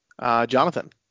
Jonathan